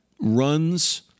runs